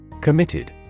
Committed